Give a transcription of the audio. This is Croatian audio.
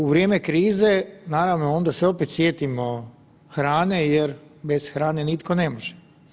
U vrijeme krize, naravno, onda se opet sjetimo hrane jer bez hrane nitko ne može.